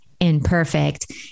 imperfect